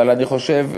אבל אני חושב,